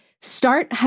start